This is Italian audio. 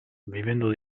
vivendo